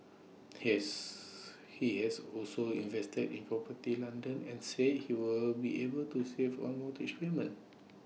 he has he has also invested in property London and said he will be able to save on mortgage payments